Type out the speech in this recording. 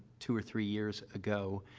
two or three years ago,